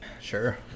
Sure